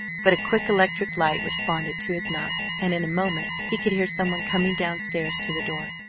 but a quick electric light responded to his knock and in a moment he could hear someone coming down-stairs to the door.